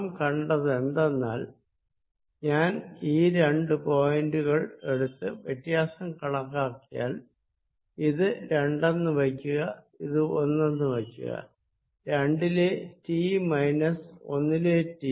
നാം കണ്ടതെന്തെന്നാൽ ഞാൻ രണ്ടു പോയിന്റുകൾ എടുത്ത് വ്യത്യാസം കണക്കാക്കിയാൽ ഇത് രണ്ടെന്ന് വയ്ക്കുക ഇത് ഒന്നെന്ന് വയ്ക്കുക രണ്ടിലെ ടി മൈനസ് ഒന്നിലെ ടി